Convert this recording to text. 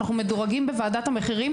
אנחנו מדורגים בוועדת המחירים,